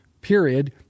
period